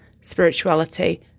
spirituality